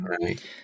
right